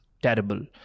Terrible